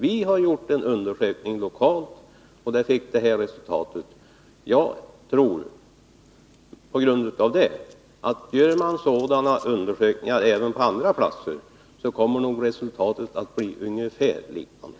Vi har gjort en undersökning lokalt, och den fick det här resultatet. Jag tror på grund av det, att om man gör sådana undersökningar även på andra platser, kommer nog resultatet att bli ungefär detsamma.